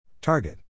Target